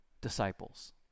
disciples